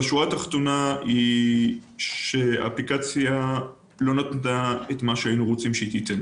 אבל השורה התחתונה היא שהאפליקציה לא נתנה את מה שהיינו רוצים שהיא תיתן